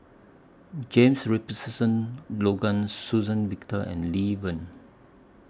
James Richardson Logan Suzann Victor and Lee Wen